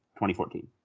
2014